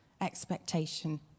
expectation